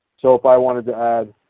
so if i wanted to add